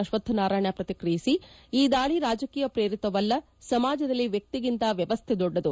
ಅಶ್ವಕ್ರನಾರಾಯಣ ಪ್ರಕ್ತಿಕ್ರಿಯಿಸಿ ಈ ದಾಳಿ ರಾಜಕೀಯ ಪ್ರೇರಿತವಲ್ಲ ಸಮಾಜದಲ್ಲಿ ವ್ಯಕ್ತಿಗಿಂತ ವ್ಯವಸ್ಥೆ ದೊಡ್ಡದು